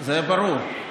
--- זה ברור.